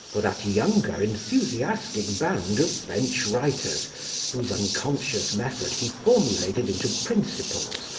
for that younger enthusiastic band of french writers whose unconscious method he formulated into principles,